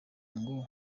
ngo